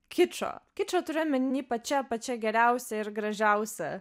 kičo kičo turiu omeny pačia pačia geriausia ir gražiausia